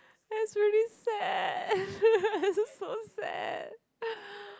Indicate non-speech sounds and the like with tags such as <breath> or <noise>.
that's really sad <noise> that's so sad <breath>